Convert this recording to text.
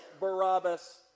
Barabbas